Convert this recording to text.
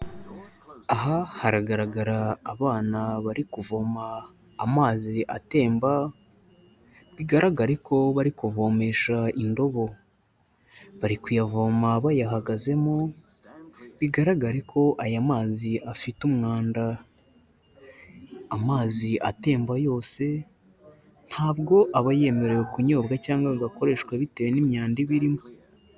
Aha haragaragara abana bari kuvoma amazi atemba, bigaragare ko bari kuvomesha indobo. Bari kuyavoma bayahagazemo, bigaragare ko aya mazi afite umwanda. Amazi atemba yose, ntabwo aba yemerewe kunyobwa cyangwa ngo akoreshwe bitewe n'imyanda iba irimo.